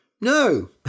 No